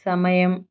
సమయం